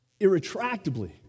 irretractably